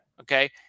Okay